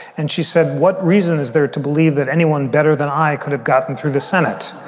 and she said, what reason is there to believe that anyone better than i could have gotten through the senate?